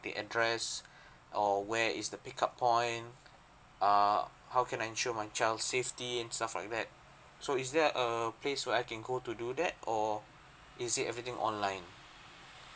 the address or where is the pick up point err how can ensure my child safety and stuff like that so is there a place where I can go to do that or is it everything online